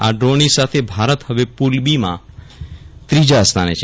આ ડ્રોની સાથે ભારત હવે પુલ બીમાં ત્રીજા સ્થાને છે